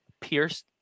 Pierce